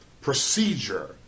Procedure